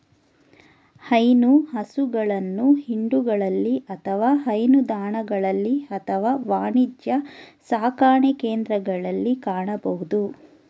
ಹೈನು ಹಸುಗಳನ್ನು ಹಿಂಡುಗಳಲ್ಲಿ ಅಥವಾ ಹೈನುದಾಣಗಳಲ್ಲಿ ಅಥವಾ ವಾಣಿಜ್ಯ ಸಾಕಣೆಕೇಂದ್ರಗಳಲ್ಲಿ ಕಾಣಬೋದು